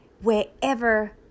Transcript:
wherever